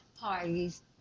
parties